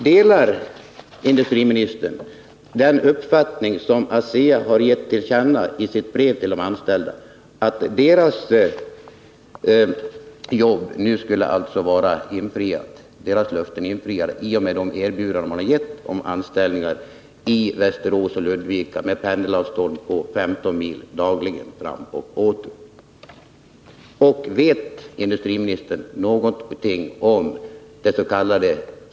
Delar industriministern den uppfattning som ASEA har givit till känna i sitt brev till de anställda, nämligen att företagets löften nu skulle vara infriade i och med de erbjudanden det givit om anställningar i Västerås och i Ludvika, innebärande pendlingssträckor om totalt 15 mil per dag? Vet industriministern vidare något om dets.k.